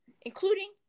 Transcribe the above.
including